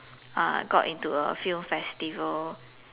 uh got into a film festival